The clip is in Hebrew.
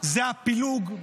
הוא הפילוג,